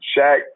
Shaq